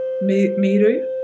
Miru